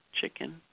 chicken